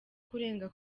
kurenga